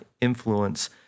influence